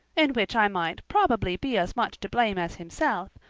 in which i might probably be as much to blame as himself,